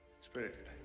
Spirit